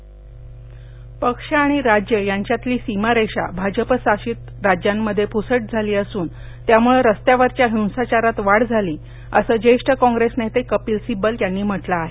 कपिल सिब्बलः पक्ष आणि राज्य यांच्यातली सीमारेषा भाजपशासित राज्यांमध्ये पुसट झाली असून त्यामुळे रस्त्यावरच्या हिसाचारात वाढ झाली असं ज्येष्ठ कॉप्रेस नेते कपिल सिब्बल यांनी म्हटलं आहे